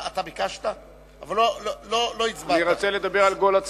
אני רוצה לדבר על גול עצמי,